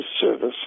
service